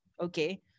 Okay